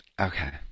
Okay